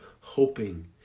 hoping